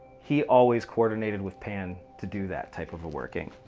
he always coordinated with pan to do that type of a working.